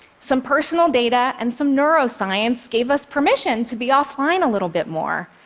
some personal data and some neuroscience gave us permission to be offline a little bit more,